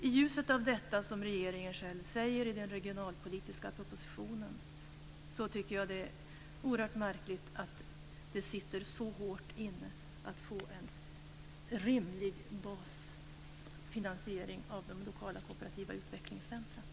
I ljuset av detta som regeringen själv säger i sin regionalpolitiska proposition är det, tycker jag, oerhört märkligt att det sitter så hårt åt att få en rimlig basfinansiering av de lokala kooperativa utvecklingscentrumen.